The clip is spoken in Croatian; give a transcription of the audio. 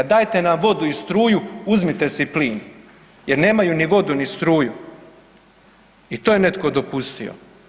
Dajte nam vodu i struju, uzmite si plin jer nemaju ni vodu, ni struju i to je netko dopustio.